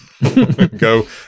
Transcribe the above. go